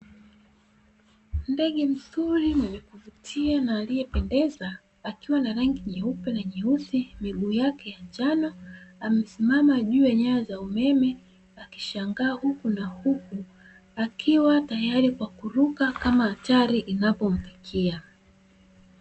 Ndege mzuri mwenye kuvutia na aliye pendeza akiwa na rangi nyeupe na nyeusi miguu yake ya njano, amesimama juu ya nyaya za umeme akishangaa huku na huku akiwa tayari kwa kuruka kama hatari inapomfikia.